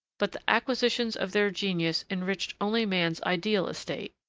but the acquisitions of their genius enriched only man's ideal estate.